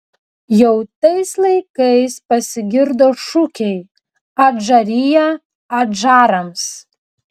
jau tais laikais pasigirdo šūkiai adžarija adžarams